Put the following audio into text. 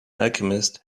alchemist